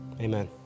Amen